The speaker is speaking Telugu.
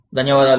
ధన్యవాదాలు